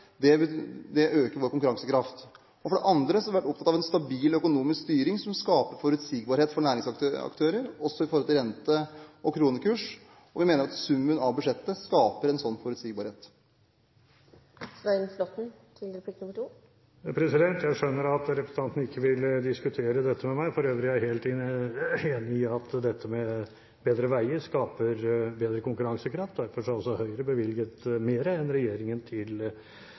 bygge ut jernbanenettet øker vår konkurransekraft. Vi har vært opptatt av en stabil økonomisk styring som skaper forutsigbarhet for næringsaktører, også i forhold til rente og kronekurs. Og vi mener at summen av budsjettet skaper en slik forutsigbarhet. Jeg skjønner at representanten ikke vil diskutere dette med meg. For øvrig er jeg helt enig i at dette med bedre veier skaper bedre konkurransekraft. Derfor har også Høyre bevilget mer enn regjeringen til